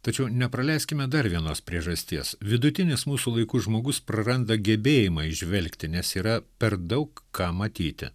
tačiau nepraleiskime dar vienos priežasties vidutinis mūsų laikus žmogus praranda gebėjimą įžvelgti nes yra per daug ką matyti